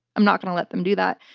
i'm not going to let them do that.